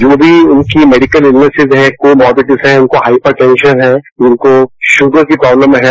जो भी उनकी मेडिकल इलनेप्र है कोमोबटिवज है उनको हाइपर टेशन हैं जिनको शुगर की प्रोब्लम है